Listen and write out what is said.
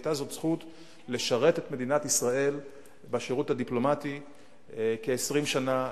והיתה זו זכות לשרת את מדינת ישראל בשירות הדיפלומטי כ-20 שנה,